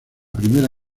primera